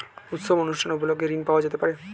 উৎসব অনুষ্ঠান উপলক্ষে ঋণ পাওয়া যেতে পারে?